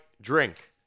drink